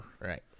Right